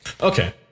Okay